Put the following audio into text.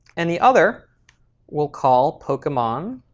and the other we'll call pokemon